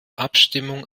abstimmung